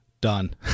Done